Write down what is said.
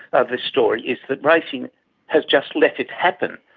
of this story, is that racing has just let it happen.